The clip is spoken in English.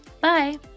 Bye